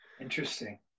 interesting